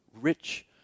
rich